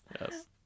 Yes